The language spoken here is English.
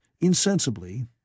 insensibly